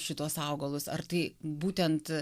šituos augalus ar tai būtent